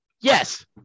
Yes